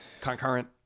Concurrent